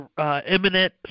imminent